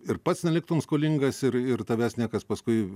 ir pats neliktum skolingas ir ir tavęs niekas paskui